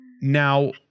Now